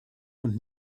und